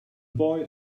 boy